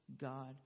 God